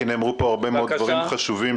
כי נאמרו פה הרבה מאוד דברים חשובים,